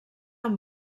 amb